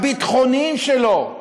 הביטחוניים שלו.